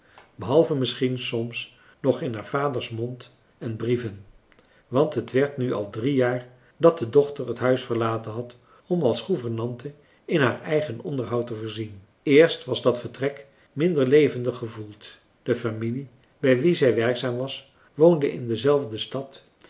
behalve misschien soms nog in haar vaders mond en brieven want het werd nu al drie jaar dat de dochter het huis verlaten had om als gouvernante in haar eigen onderhoud te voorzien eerst was dat vertrek minder levendig gevoeld de familie bij wie zij werkzaam was woonde in dezelfde stad